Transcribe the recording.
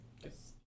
Yes